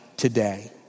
today